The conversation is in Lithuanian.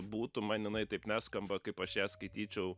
būtų man jinai taip neskamba kaip aš ją skaityčiau